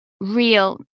real